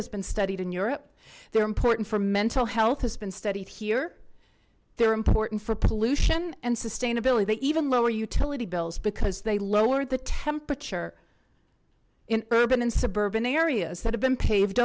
has been studied in europe they're important for mental health has been studied here they're important for pollution and sustainability they even lower utility bills because they lowered the temperature in urban and suburban areas that have been paved